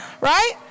Right